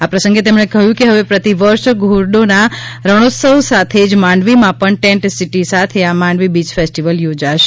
આ પ્રસંગે તેમણે કહ્યું કે હવે પ્રતિવર્ષ ધોરડોના રણોત્સવ સાથે જ માંડવીમાં પણ ટેન્ટ સિટી સાથે આ માંડવી બીય ફેસ્ટીવલ યોજાશે